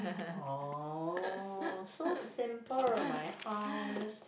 oh so simple my house